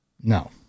no